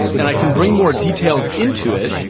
and i can bring more details into it,